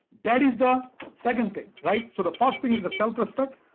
that is the second thing, right? so the first thing is the self-respect.